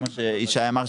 כמו שישי אמר,